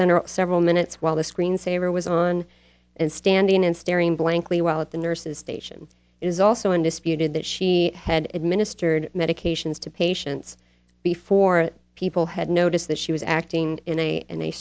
center several minutes while the screensaver was on and standing and staring blankly while at the nurses station is also undisputed that she had administered medications to patients before people had noticed that she was acting in a in a